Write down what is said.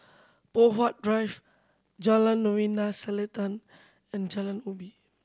Poh Huat Drive Jalan Novena Selatan and Jalan Ubi